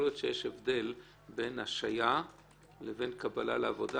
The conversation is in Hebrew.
להיות שיש הבדל בין השעיה לבין קבלה לעבודה,